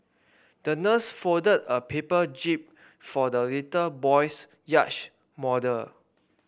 the nurse folded a paper jib for the little boy's yacht model